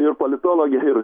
ir politologė ir